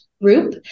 Group